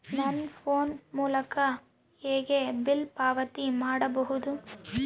ನನ್ನ ಫೋನ್ ಮೂಲಕ ಹೇಗೆ ಬಿಲ್ ಪಾವತಿ ಮಾಡಬಹುದು?